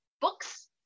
books